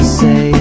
say